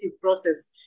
process